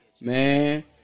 man